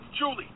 Julie